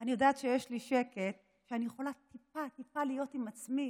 אני יודעת שיש לי שקט ואני יכולה טיפה טיפה להיות עם עצמי,